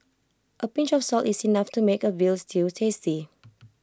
A pinch of salt is enough to make A Veal Stew tasty